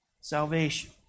salvation